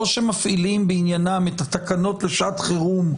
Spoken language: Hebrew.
או שמפעילים בעניינם את התקנות לשעת חירום,